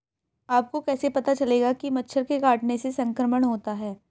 आपको कैसे पता चलेगा कि मच्छर के काटने से संक्रमण होता है?